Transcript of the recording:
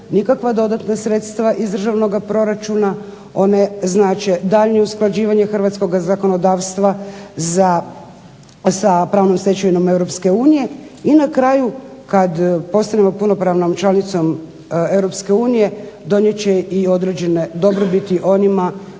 nikakva dodatna sredstva iz državnoga proračuna, one znače daljnje usklađivanje hrvatskoga zakonodavstva sa pravnom stečevinom Europske unije, i na kraju kad postanemo punopravnom članicom Europske unije donijet će i određene dobrobiti onima